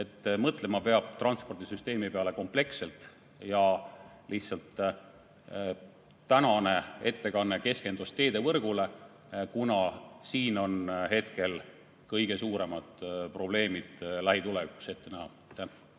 mõtlema peab transpordisüsteemi peale kompleksselt. Lihtsalt tänane ettekanne keskendus teevõrgule, kuna siin on hetkel kõige suuremaid probleeme lähitulevikus ette näha.